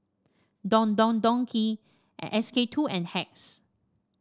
Don Don Donki SK Itwo and Hacks